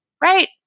right